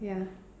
ya